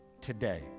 today